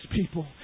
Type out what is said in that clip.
people